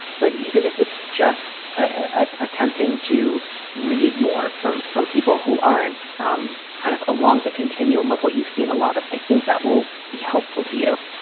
but even if it's just ah attempting to read more from from people who aren't um kind of along the continuum of what you've seen a lot of, i think that will be helpful to you